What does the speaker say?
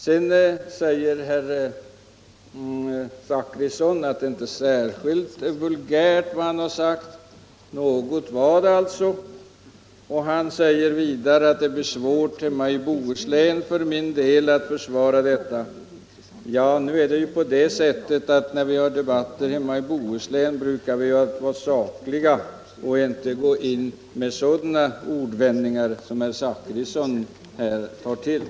Herr Zachrisson ansåg att vad han sagt inte var särskilt vulgärt. Något vulgärt var det alltså. Han sade vidare att det blir svårt för mig att komma hem till Bohuslän och försvara utskottsmajoritetens ställningstagande. Nu är det så att när vi har debatter hemma i Bohuslän brukar vi alltid vara sakliga och inte använda sådana ordvändningar som herr Zachrisson tar till.